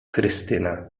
krystyna